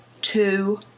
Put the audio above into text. Two